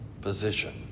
position